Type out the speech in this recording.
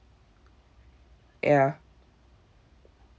ya